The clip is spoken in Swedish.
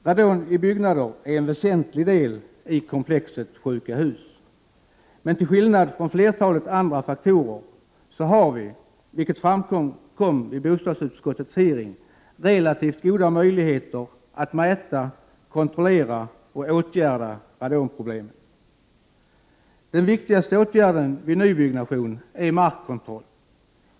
Radon i byggnader är en väsentlig del i komplexet sjuka hus, men till skillnad från flertalet andra faktorer har vi, vilket framkom vid bostadsutskottets hearing, relativt goda möjligheter att mäta, kontrollera och åtgärda radonproblemet. Den viktigaste åtgärden vid nybyggnation är markkontroll.